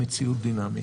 במציאות דינמית.